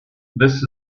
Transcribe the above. this